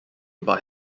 about